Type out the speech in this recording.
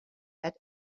fat